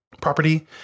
property